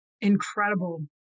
incredible